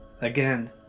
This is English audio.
Again